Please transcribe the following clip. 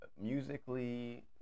musically